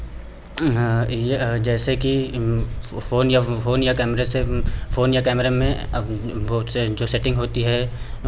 हाँ यह जैसे कि फ़ोन या फ़ोन या कैमरे से फ़ोन या कैमरे में अब वह उससे जो सेटिंग होती है